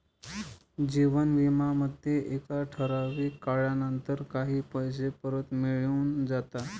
जीवन विमा मध्ये एका ठराविक काळानंतर काही पैसे परत मिळून जाता